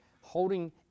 holding